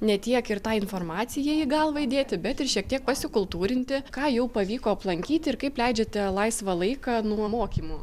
ne tiek ir tą informaciją į galvą įdėti bet ir šiek tiek pasikultūrinti ką jau pavyko aplankyti ir kaip leidžiate laisvą laiką nuo mokymų